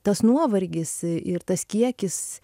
tas nuovargis ir tas kiekis